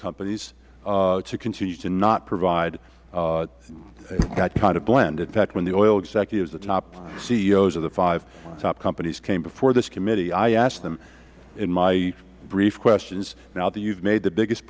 companies to continue to not provide that kind of blend in fact when the oil executives the top ceos of the top five companies came before this committee i asked them in my brief questions now that you have made the biggest